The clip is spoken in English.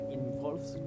involves